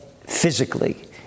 physically